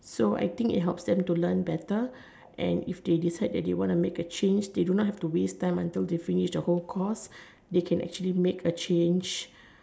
so I think it helps them to learn better and if they decide they want to make a change they do not have to waste time until they finish the whole course they can actually make a change